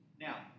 Now